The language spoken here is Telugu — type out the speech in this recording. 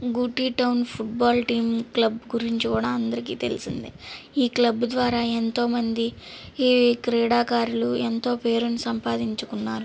Gooty town football team club గురించి కూడా అందరికి తెలిసిందే ఈ క్లబ్ ద్వారా ఎంతో మంది ఈ క్రీడాకారులు ఎంతో పేరును సంపాదించుకున్నారు